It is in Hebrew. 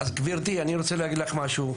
גברתי, אני רוצה להגיד לך משהו.